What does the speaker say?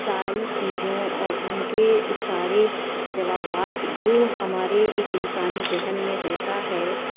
ساری چیزوں اور ان کے سارے جوابات جو ہمارے ایک انسانی ذہن میں ہوتا ہے